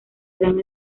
gran